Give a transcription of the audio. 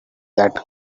that